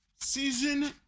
season